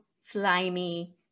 slimy